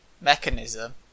Mechanism